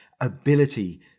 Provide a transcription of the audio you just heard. ability